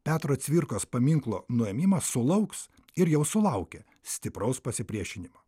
petro cvirkos paminklo nuėmimas sulauks ir jau sulaukė stipraus pasipriešinimo